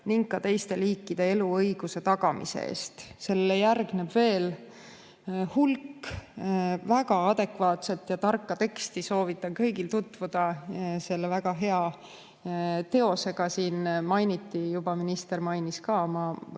ning ka teiste liikide eluõiguse tagamise eest." Sellele järgneb veel hulk väga adekvaatset ja tarka teksti. Soovitan kõigil tutvuda selle väga hea teosega. Minister mainis siin ka